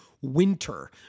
winter